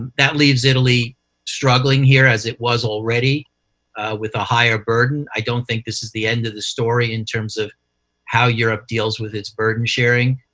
that leaves italy struggling here as it was already with a higher burden. i don't think this is the end of the story in terms of how europe deals with its burden-sharing,